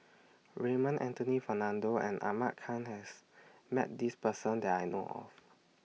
Raymond Anthony Fernando and Ahmad Khan has Met This Person that I know of